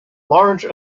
large